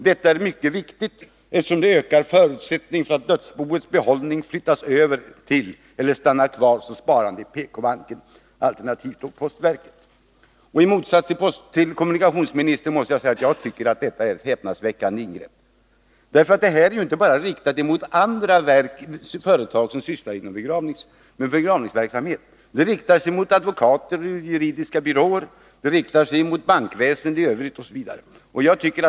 Detta är mycket viktigt eftersom det ökar förutsättningarna för att dödsboets behållning flyttas över till eller stannar kvar som sparande i PKbanken” — alternativt då postverket. I motsats till kommunikationsministern tycker jag att detta är ett häpnadsväckande ingrepp. Det är inte bara riktat mot andra företag som sysslar med begravningsverksamhet, utan det riktar sig också mot advokater, juridiska byråer, bankväsendet i övrigt, osv.